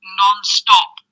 non-stop